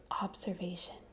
observation